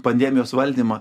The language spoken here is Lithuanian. pandemijos valdymą